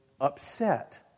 upset